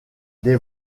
des